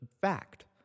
fact